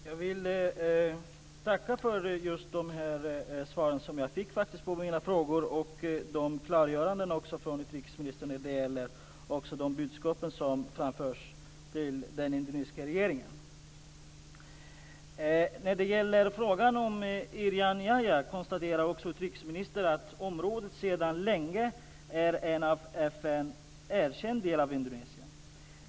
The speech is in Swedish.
Fru talman! Jag vill tacka för de svar jag faktiskt fick på mina frågor och också för klargörandena från utrikesministern när det gäller de budskap som framförts till den indonesiska regeringen. När det gäller frågan om Irian Jaya konstaterar utrikesministern att området sedan länge är en av FN erkänd del av Indonesien.